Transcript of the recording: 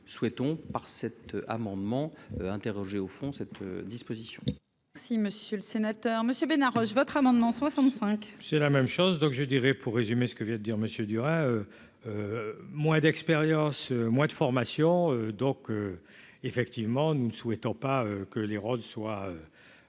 souhaitons par cet amendement, interrogé au fond cette disposition. Si Monsieur le Sénateur Monsieur Bénard votre amendement 65. C'est la même chose, donc je dirais pour résumer ce que vient de dire monsieur durera moins d'expérience, mois de formation, donc effectivement, nous ne souhaitons pas que les rôles soient